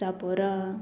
Chapora